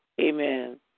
Amen